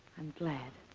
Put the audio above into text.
i'm glad.